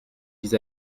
vis